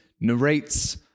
narrates